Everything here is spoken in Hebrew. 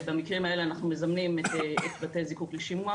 במקרים האלה אנחנו מזמנים את בתי זיקוק לשימוע.